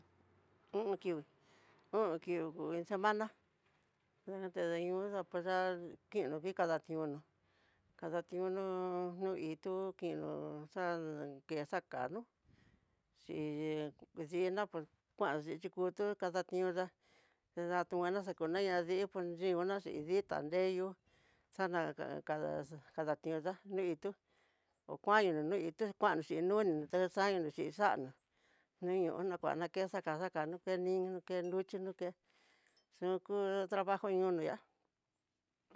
O'on kio, o'on kio ku iin semana natadañoo xa kuxa, kino ki kadationá kadationo no itú, kino xan ke xakano xhi diina pues kuan xhi tikutu, kadatioda nrida kuana xakuneya dii po xhikona, hin ditá nreyu xana ka- ka kada teota nruitu, ho kuanyo no nri itú kuanró xhin noninó taxainino xhin xa'anro, nuño naxakada kuexa kaxa kano ke niño nro ke nruxhinró ké, xuku trabajo ñoo no ya'á.